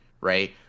right